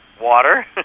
water